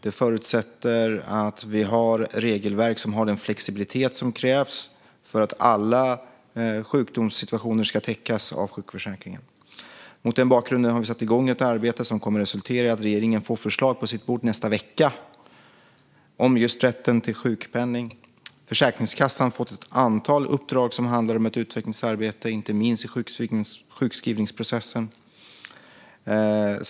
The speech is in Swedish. Det förutsätter att vi har regelverk som har den flexibilitet som krävs för att alla sjukdomssituationer ska täckas av sjukförsäkringen. Mot den bakgrunden har vi satt igång ett arbete som kommer att resultera i att regeringen får förslag på sitt bord nästa vecka om just rätten till sjukpenning. Försäkringskassan har fått ett antal uppdrag som handlar om ett utvecklingsarbete, inte minst när det gäller sjukskrivningsprocessen.